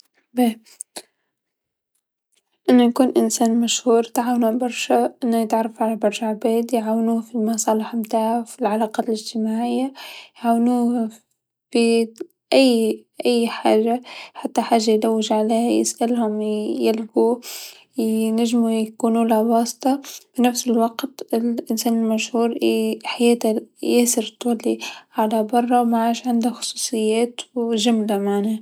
باه أنو يكون إنسان مشهور تعاون برشا أنو يتعرف على برشا عباد يعاونوه في مصالح أنتاعو، في العلاقات الإجتماعيه, يعاونوه في أي أي حاجه حتى حاجه يلوج عليها يسألهم يلقوه، ينجمو يكونوله واسطه، في نفس الوقت الإنسان المشهور يحياته تولي ياسر على برا و معادش عنده خصوصيات و جمله معناه.